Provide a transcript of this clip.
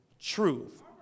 truth